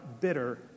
bitter